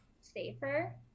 safer